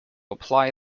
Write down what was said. apply